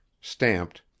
Stamped